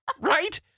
Right